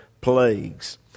plagues